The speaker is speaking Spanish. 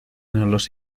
nos